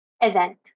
event